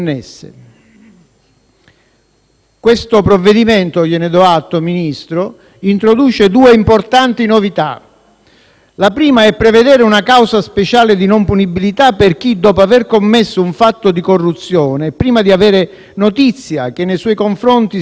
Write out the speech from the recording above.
Il provvedimento in esame - gliene do atto, Ministro - introduce due importanti novità. La prima è prevedere una causa speciale di non punibilità per chi, dopo aver commesso un fatto di corruzione, prima di avere notizia che nei suoi confronti siano svolte indagini